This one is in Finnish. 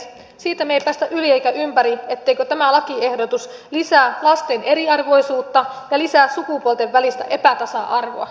siitä me emme pääse yli eikä ympäri etteikö tämä lakiehdotus lisää lasten eriarvoisuutta ja lisää sukupuolten välistä epätasa arvoa